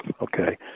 Okay